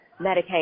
Medicaid